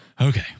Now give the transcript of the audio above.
Okay